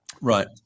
Right